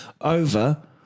over